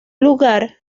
lugar